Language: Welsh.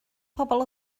pobl